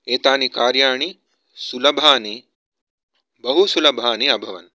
एतानि कार्याणि सुलभानि बहु सुलभानि अभवन्